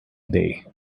day